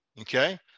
okay